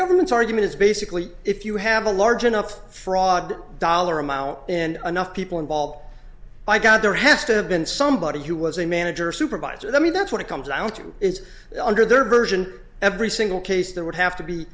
government's argument is basically if you have a large enough fraud dollar amount and enough people involved my god there has to have been somebody who was a manager or supervisor that mean that's what it comes down to is under their version every single case there would have to be